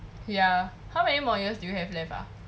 ya how many more years do you have left ah